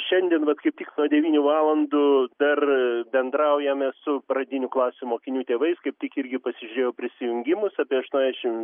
šiandien vat kaip tik nuo devynių valandų dar bendraujame su pradinių klasių mokinių tėvais kaip tik irgi pasižiūrėjau prisijungimus apie aštuoniasdešim